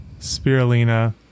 spirulina